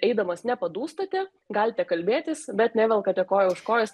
eidamas nepadūstate galite kalbėtis bet nevelkate koją už kojos